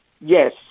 Yes